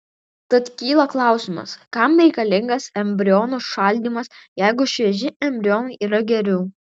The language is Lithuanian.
tad kyla klausimas kam reikalingas embrionų šaldymas jeigu švieži embrionai yra geriau